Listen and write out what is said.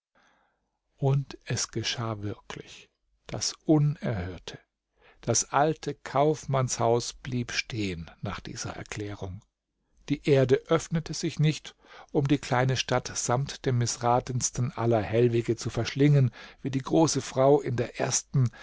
und es geschah wirklich das unerhörte das alte kaufmannshaus blieb stehen nach dieser erklärung die erde öffnete sich nicht um die kleine stadt samt dem mißratensten aller hellwige zu verschlingen wie die große frau in der ersten